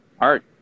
art